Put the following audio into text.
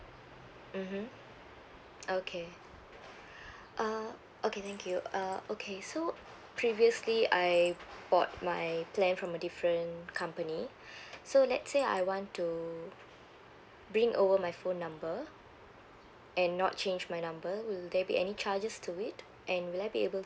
mmhmm okay uh okay thank you uh okay so previously I bought my plan from a different company so let's say I want to bring over my phone number and not change my number will there be any charges to it and will I be able